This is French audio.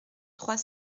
trois